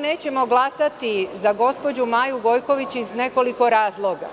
nećemo glasati za gospođu Maju Gojković iz nekoliko razloga.